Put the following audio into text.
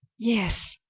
yes,